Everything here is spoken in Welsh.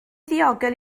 ddiogel